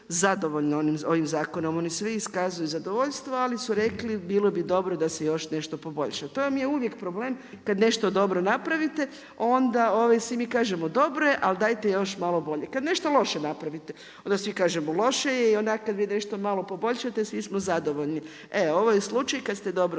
zadovoljni ovim zakonom, oni svi iskazuju zadovoljstvo, ali su rekli, bilo bi dobro da se još nešto poboljša. To vam je uvijek problem, kad nešto dobro napravite, onda svi mi kažemo, dobro je, ali dajte još malo bolje. Kad nešto loše napravite, onda svi kažemo loše je i onako kad vi nešto malo poboljšate svi smo zadovoljni. E ovo je slučaj, kad ste dobro